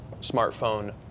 smartphone